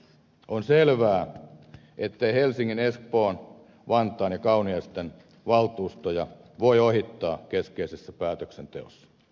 on selvää ettei helsingin espoon vantaan ja kauniaisten valtuustoja voi ohittaa keskeisessä päätöksenteossa